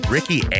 Ricky